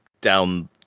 down